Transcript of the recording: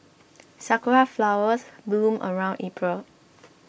sakura flowers bloom around April